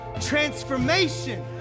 Transformation